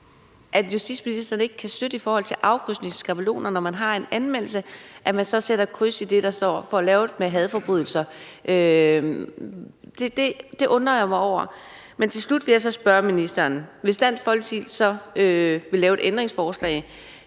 justitsministeren ikke kan støtte i forhold til afkrydsningsskabeloner, altså at man, når man har en anmeldelse, så sætter kryds der, hvor der står, at der er en hadforbrydelse? Det undrer jeg mig over. Men til slut vil jeg så spørge ministeren: Hvis Dansk Folkeparti så vil lave et ændringsforslag